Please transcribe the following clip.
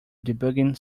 debugging